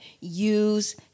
use